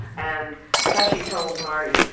and paci told marty,